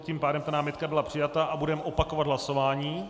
Tím pádem námitka byla přijata a budeme opakovat hlasování.